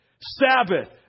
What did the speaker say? Sabbath